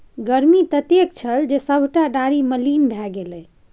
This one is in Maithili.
गर्मी ततेक छल जे सभटा डारि मलिन भए गेलै